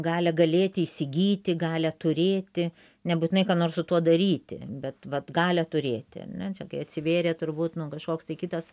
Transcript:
galią galėti įsigyti galią turėti nebūtinai ką nors su tuo daryti bet vat galią turėti ar ne čia kai atsivėrė turbūt nu kažkoks tai kitas